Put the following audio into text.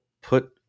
put